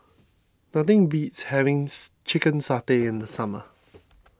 nothing beats having Chicken Satay in the summer